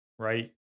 Right